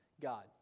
God